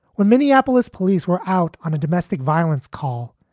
when minneapolis police were out on a domestic violence call,